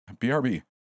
BRB